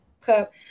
Cup